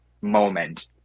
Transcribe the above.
moment